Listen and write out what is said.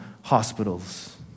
hospitals